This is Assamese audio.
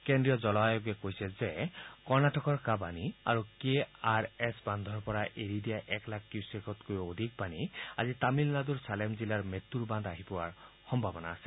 কেন্দ্ৰীয় জল আয়োগে কৈছে যে কৰ্ণটিকৰ কাবানী আৰু কে আৰ এছ বান্ধৰ পৰা এৰি দিয়া এক লাখ কিউছেটকৈও অধিক পানী আজি তামিলনাড়ৰ ছালেম জিলাৰ মেটৰ বান্ধ আহি পোৱা সম্ভাৱনা আছে